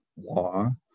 law